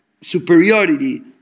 superiority